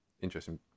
interesting